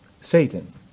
Satan